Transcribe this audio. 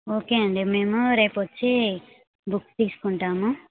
okay అండి మేము రేపు వచ్చి బుక్స్ తీసుకుంటాము